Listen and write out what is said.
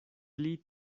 pli